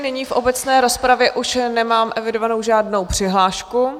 Nyní v obecné rozpravě nemám evidovanou žádnou přihlášku.